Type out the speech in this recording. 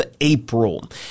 April